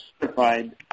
certified